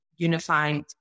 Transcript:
Unified